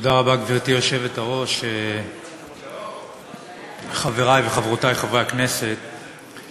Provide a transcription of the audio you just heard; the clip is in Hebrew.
תודה רבה, חברי וחברותי חברי הכנסת,